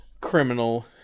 criminal